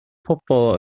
bobl